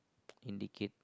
indicate